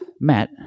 Matt